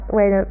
wait